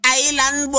island